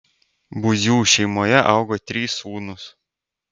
buzių šeimoje augo trys sūnūs